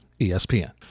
ESPN